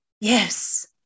Yes